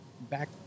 back